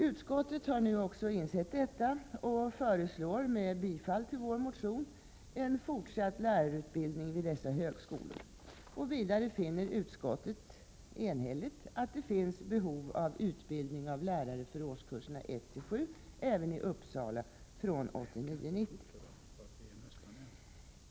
Utskottet har nu också insett detta och föreslår, med tillstyrkande av vår motion, en fortsatt lärarutbildning vid dessa högskolor. Vidare finner utskottet enhälligt att det finns behov av utbildning av lärare för årskurserna 1—7 även i Uppsala från 1989/90.